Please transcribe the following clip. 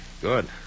Good